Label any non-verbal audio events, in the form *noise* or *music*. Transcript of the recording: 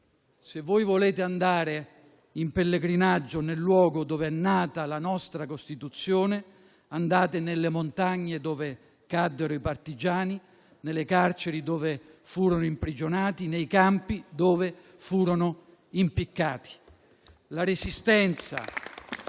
«se voi volete andare in pellegrinaggio nel luogo dove è nata la nostra Costituzione, andate nelle montagne dove caddero i partigiani, nelle carceri dove furono imprigionati, nei campi dove furono impiccati». *applause*